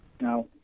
Now